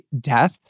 death